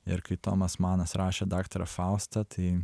ir kai tomas manas rašė daktarą faustą tai